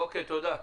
אוקיי, תודה.